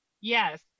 Yes